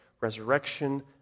resurrection